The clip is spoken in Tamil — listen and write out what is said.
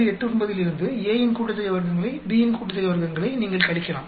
89 இலிருந்து A இன் கூட்டுத்தொகை வர்க்கங்களை B இன் கூட்டுத்தொகை வர்க்கங்களை நீங்கள் கழிக்கலாம்